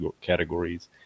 categories